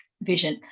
vision